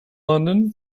london